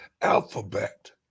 Alphabet